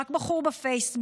רק בחור בפייסבוק,